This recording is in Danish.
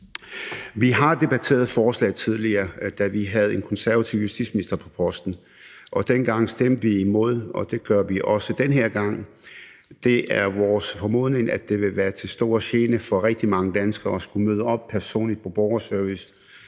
Vi har debatteret forslaget tidligere, da vi havde en konservativ justitsminister på posten, og dengang stemte vi imod, og det gør vi også denne her gang. Det er vores formodning, at det vil være til stor gene for rigtig mange danskere personligt at skulle møde op hos borgerservice.